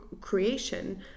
creation